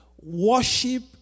Worship